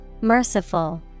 Merciful